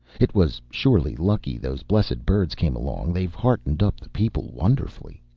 it was surely lucky those blessed birds came along. they've heartened up the people wonderfully!